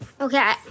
Okay